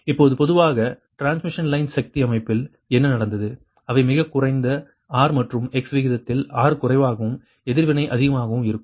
இப்போது பொதுவாக transmission line சக்தி அமைப்பல் என்ன நடந்தது அவை மிகக் குறைந்த R மற்றும் X விகிதத்தில் R குறைவாகவும் எதிர்வினை அதிகமாகவும் இருக்கும்